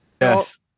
Yes